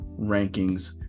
rankings